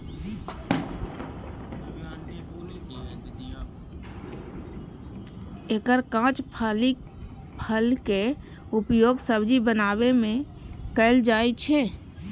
एकर कांच फलीक उपयोग सब्जी बनबै मे कैल जाइ छै